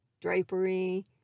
drapery